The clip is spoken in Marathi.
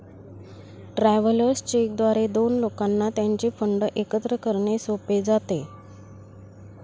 ट्रॅव्हलर्स चेक द्वारे दोन लोकांना त्यांचे फंड एकत्र करणे सोपे जाते